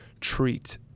treat